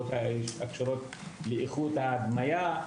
איכות ההדמיה,